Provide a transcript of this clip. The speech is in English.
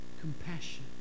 compassion